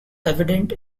evident